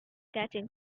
catching